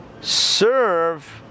serve